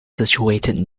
situated